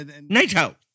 NATO